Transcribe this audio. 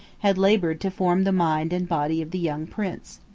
had labored to form the mind and body of the young prince.